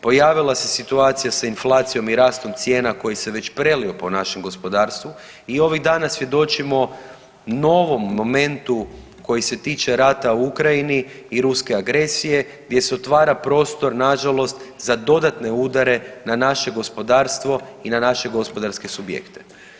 Pojavila se situacija sa inflacijom i rastom cijena koji se već prelio po našem gospodarstvu i ovih dana svjedočimo novom momentu koji se tiče rata u Ukrajini i ruske agresije gdje se otvara prostor nažalost za dodatne udare na naše gospodarstvo i naše gospodarske subjekte.